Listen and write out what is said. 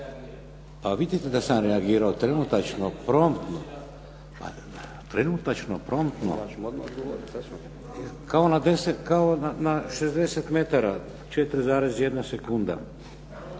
A vidite da sam ja reagirao. Trenutačno, promptno. Kao na 60 metara 4,1 sekunda.